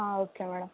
okay madam